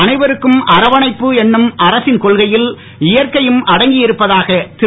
அனைவருக்கும் அரவணைப்பு என்னும் அரசின் கொள்கையில் இயற்கையும் அடங்கி இருப்பதாக திரு